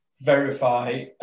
Verify